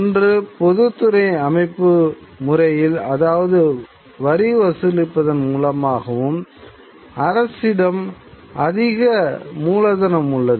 ஒன்று பொதுத்துறை அமைப்புமுறையில் அதாவது வரி வசூலிப்பதன் மூலமாக அரசிடம் அதிக மூலதனம் உள்ளது